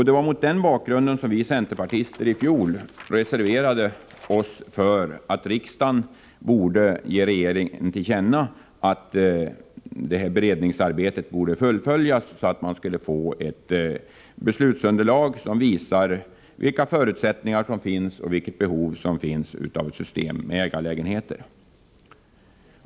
Det var mot den bakgrunden som vi centerpartister i fjol reserverade oss för att riksdagen skulle ge regeringen till känna att beredningsarbetet borde fullföljas, så att man fick ett beslutsunderlag som visar vilka förutsättningar som gäller och vilket behov som finns av ett system med ägarlägenheter.